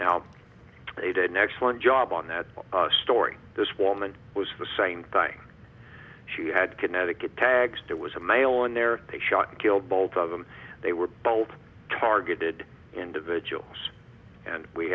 now they did an excellent job on that story this woman was the same thing she had connecticut tags that was a male in there they shot and killed both of them they were bold targeted individuals and we